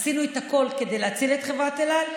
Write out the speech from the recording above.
עשינו את הכול כדי להציל את חברת אל על,